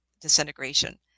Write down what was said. disintegration